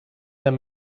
that